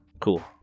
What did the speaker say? Cool